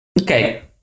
Okay